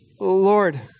Lord